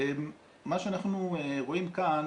מה שאנחנו רואים כאן,